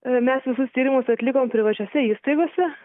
mes visus tyrimus atlikom privačiose įstaigose